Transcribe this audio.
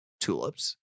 tulips